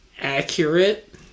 accurate